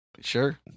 Sure